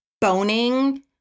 boning